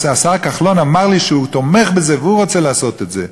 כי השר כחלון אמר לי שהוא תומך בזה והוא רוצה לעשות את זה,